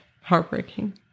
Heartbreaking